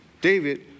David